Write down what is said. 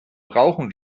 brauchen